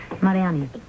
Mariani